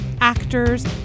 actors